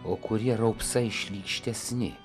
o kurie raupsai šlykštesni